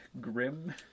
grim